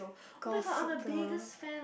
Gossip-Girl